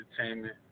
Entertainment